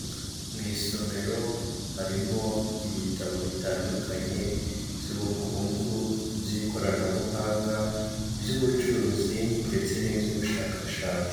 Mu isomero harimo ibitabo bitandukanye, iby'ubukungu, iby'ikoranabuhanga, iby'ubucuruzi ndetse n'iby'ubushakashatsi.